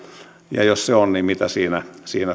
ja jos on niin mitä siinä